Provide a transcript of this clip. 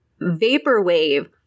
Vaporwave